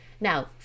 Now